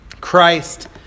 Christ